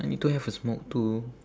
I need to have a smoke too